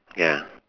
ya